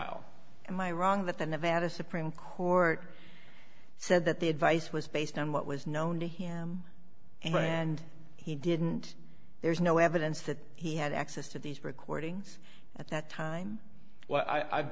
nevada supreme court said that the advice was based on what was known to him and he didn't there's no evidence that he had access to these recordings at that time well i